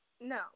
No